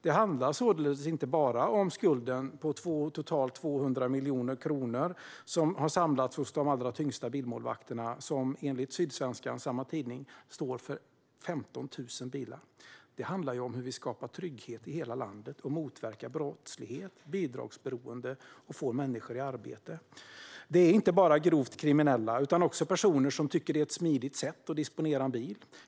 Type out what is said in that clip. Det handlar således inte bara om skulden på totalt 200 miljoner kronor som har samlats hos de allra tyngsta bilmålvakterna, som enligt samma tidning står för 15 000 bilar. Det handlar ju om hur vi skapar trygghet i hela landet, motverkar brottslighet och bidragsberoende och får människor i arbete. Det är inte bara grovt kriminella utan också andra personer som tycker att detta är ett smidigt sätt att disponera en bil.